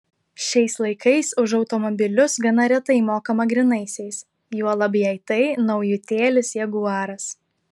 šiais laikais už automobilius gana retai mokama grynaisiais juolab jei tai naujutėlis jaguaras